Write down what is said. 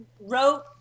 wrote